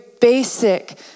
basic